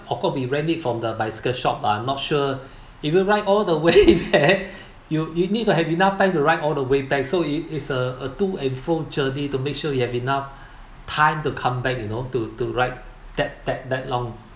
of course we rent it from the bicycle shop lah I'm not sure you will ride all the way there you you need to have enough time to ride all the way back so it is a a to and fro journey to make sure you have enough time to come back you know to to ride that that that long